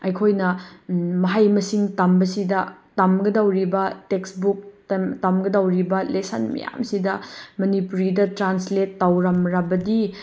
ꯑꯩꯈꯣꯏꯅ ꯃꯍꯩ ꯃꯁꯤꯡ ꯇꯝꯕꯁꯤꯗ ꯇꯝꯒꯗꯧꯔꯤꯕ ꯇꯦꯛꯁꯕꯨꯛ ꯇꯝꯒꯗꯧꯔꯤꯕ ꯂꯦꯁꯟ ꯃꯌꯥꯝꯁꯤꯗ ꯃꯅꯤꯄꯨꯔꯤꯗ ꯇ꯭ꯔꯥꯟꯁꯂꯦꯠ ꯇꯧꯔꯝꯂꯕꯗꯤ